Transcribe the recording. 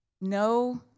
No